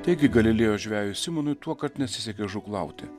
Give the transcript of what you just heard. taigi galilėjo žvejui simonui tuo kart nesisekė žūklauti